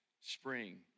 spring